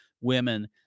women